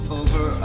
over